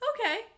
okay